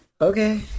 Okay